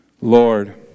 Lord